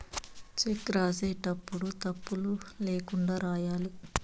check రాసేటప్పుడు తప్పులు ల్యాకుండా రాయాలి